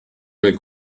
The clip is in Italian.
nel